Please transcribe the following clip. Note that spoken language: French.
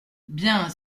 bien